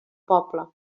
poble